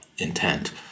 intent